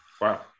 Wow